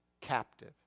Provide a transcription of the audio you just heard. captive